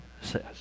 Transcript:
says